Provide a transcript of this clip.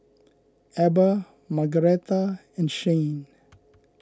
Eber Margaretta and Shayne